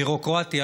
ביורוקרטיה,